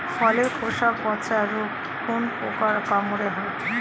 ফলের খোসা পচা রোগ কোন পোকার কামড়ে হয়?